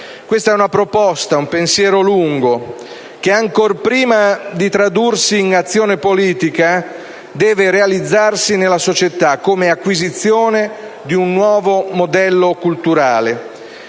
Questa è una proposta, un pensiero lungo, che ancor prima di tradursi in azione politica, deve realizzarsi nella società come acquisizione di un nuovo modello culturale.